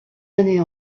années